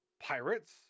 pirates